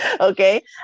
okay